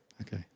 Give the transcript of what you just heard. Okay